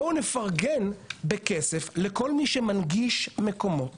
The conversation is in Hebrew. בואו נפרגן בכסף לכל מי שמנגיש מקומות